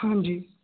ਹਾਂਜੀ